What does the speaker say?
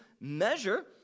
measure